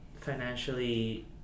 financially